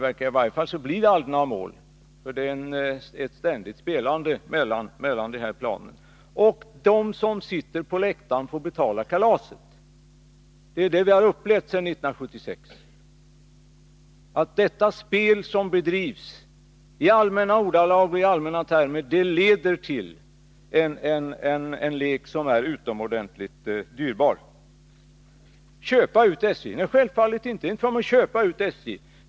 I varje fall blir det aldrig några mål, för det är ett ständigt spelande på denna plan. Och de som sitter på läktaren får betala kalaset. Det har vi upplevt sedan 1976. Det spel som bedrivs i allmänna ordalag och termer leder till en lek som är utomordentligt dyrbar. Självfallet är det inte fråga om att köpa ut SJ.